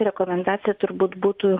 rekomendacija turbūt būtų